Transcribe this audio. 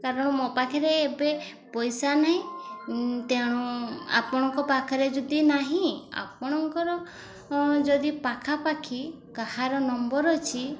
କାରଣ ମୋ ପାଖରେ ଏବେ ପଇସା ନାହିଁ ତେଣୁ ଆପଣଙ୍କ ପାଖରେ ଯଦି ନାହିଁ ଆପଣଙ୍କର ଯଦି ପାଖାପାଖି କାହାର ନମ୍ବର ଅଛି